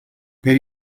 per